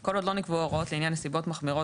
(ב)כל עוד לא נקבעו הוראות לעניין נסיבות מחמירות